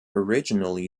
originally